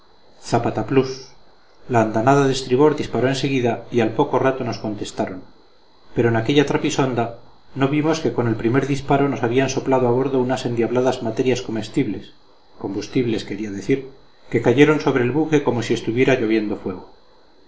estribor zapataplús la andanada de estribor disparó en seguida y al poco rato nos contestaron pero en aquella trapisonda no vimos que con el primer disparo nos habían soplado a bordo unas endiabladas materias comestibles combustibles quería decir que cayeron sobre el buque como si estuviera lloviendo fuego